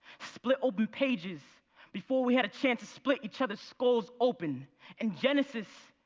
split open pages before we had a chance to split each other's skulls open and genesis,